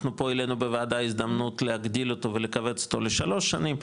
אנחנו פה העלנו בוועדה הזדמנות להגדיל אותו ולקבץ אותו לשלוש שנים,